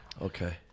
Okay